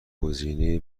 گزینه